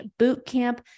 bootcamp